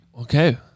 Okay